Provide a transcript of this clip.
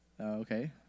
Okay